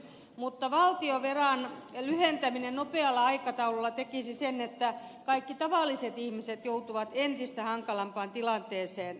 mutta valtionvelan lyhentäminen nopealla aikataululla tekisi sen että kaikki tavalliset ihmiset joutuvat entistä hankalampaan tilanteeseen